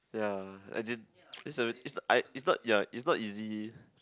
ya as in it's uh it's uh uh ya it's not easy